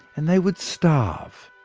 and they would starve.